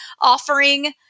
offering